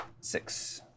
Six